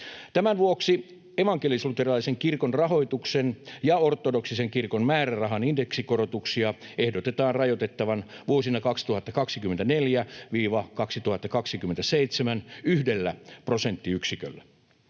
Tämän vuoksi evankelis-luterilaisen kirkon rahoituksen ja ortodoksisen kirkon määrärahan indeksikorotuksia ehdotetaan rajoitettavan vuosina 2024—2027 yhdellä prosenttiyksiköllä.